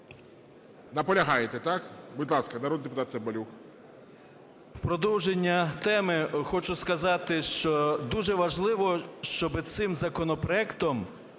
Наполягаєте, так? Будь ласка, народний депутат Цимбалюк.